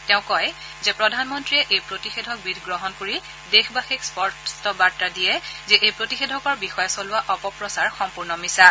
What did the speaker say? তেওঁ কয় যে প্ৰধানমন্ত্ৰীয়ে এই প্ৰতিষেধক বিধ গ্ৰহণ কৰি দেশবাসীক স্পষ্ট বাৰ্তা দিযে যে এই প্ৰতিষেধকৰ বিষয়ে চলোৱা অপপ্ৰচাৰ সম্পূৰ্ণ মিছা